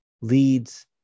leads